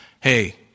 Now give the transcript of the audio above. Hey